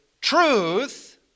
Truth